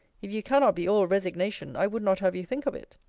if you cannot be all resignation, i would not have you think of it.